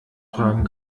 fragen